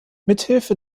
mithilfe